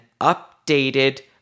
updated